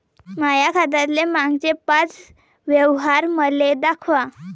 माया खात्यातले मागचे पाच व्यवहार मले दाखवा